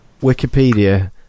Wikipedia